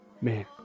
man